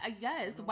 Yes